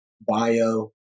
bio